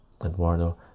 Eduardo